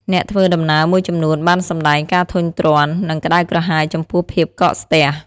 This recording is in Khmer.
អ្នកធ្វើដំណើរមួយចំនួនបានសម្តែងការធុញទ្រាន់ និងក្តៅក្រហាយចំពោះភាពកកស្ទះ។